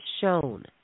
shown